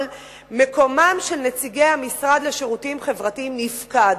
אבל מקומם של נציגי המשרד לשירותים חברתיים נפקד.